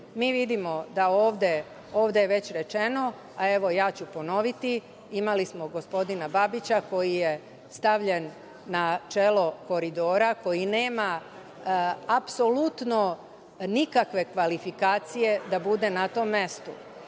vidimo da ovde, ovde je već rečeno, a ja ću ponoviti, imali smo gospodina Babića koji je stavljen na čelo „Koridora“ koji nema apsolutno nikakve kvalifikacije da bude na tom mestu. Imamo